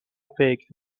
فکر